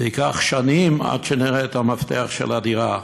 זה ייקח שנים עד שנראה את המפתח של הדירה.